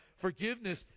forgiveness